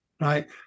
right